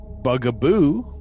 bugaboo